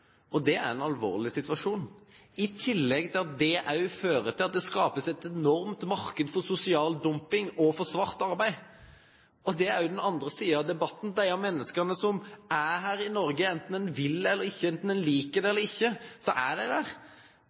selv. Det er en alvorlig situasjon. I tillegg fører det også til at det skapes et enormt marked for sosial dumping og for svart arbeid. Det er den andre siden av debatten. Enten en liker det eller ikke, så er disse menneskene her. Det